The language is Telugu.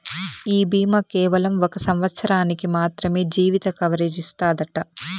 ఈ బీమా కేవలం ఒక సంవత్సరానికి మాత్రమే జీవిత కవరేజ్ ఇస్తాదట